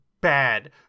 bad